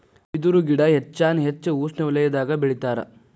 ಬಿದರು ಗಿಡಾ ಹೆಚ್ಚಾನ ಹೆಚ್ಚ ಉಷ್ಣವಲಯದಾಗ ಬೆಳಿತಾರ